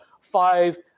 five-